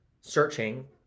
searching